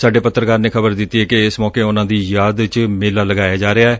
ਸਾਡੇ ਪੱਤਰਕਾਰ ਨੇ ਖ਼ਬਰ ਦਿੱਤੀ ਏ ਕਿ ਇਸ ਮੌਕੇ ਉਨੂਾ ਦੀ ਯਾਦ ਚ ਮੇਲਾ ਲਗਾਇਆ ਜਾ ਰਿਹੈ